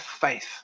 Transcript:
faith